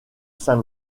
saint